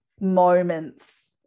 moments